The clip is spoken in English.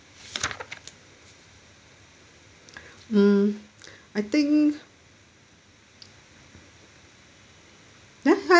mm I think that that have